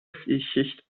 schicht